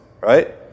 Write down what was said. right